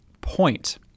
point